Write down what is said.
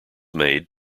made